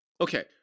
Okay